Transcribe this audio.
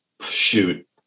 shoot